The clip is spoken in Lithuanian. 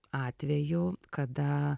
atveju kada